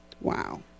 Wow